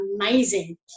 amazing